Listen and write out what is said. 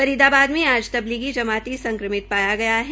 फरीदाबाद में आज तबलीगी जमाती संक्रमित पायागया है